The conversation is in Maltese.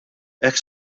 hekk